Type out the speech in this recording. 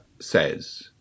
says